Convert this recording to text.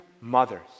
mothers